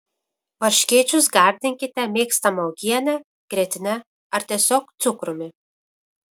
varškėčius gardinkite mėgstama uogiene grietine ar tiesiog cukrumi